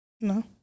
No